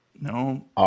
No